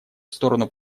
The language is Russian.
сторону